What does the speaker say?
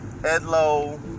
Edlo